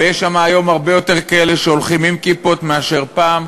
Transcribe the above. ויש שם היום הרבה יותר כאלה שהולכים עם כיפות מאשר פעם.